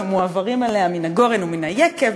שמועברות אליה מן הגורן ומן היקב,